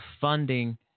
funding